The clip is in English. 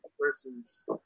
versus